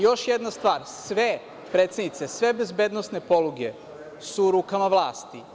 Još jedna stvar, predsednice, sve bezbednosne poluge su u rukama vlasti.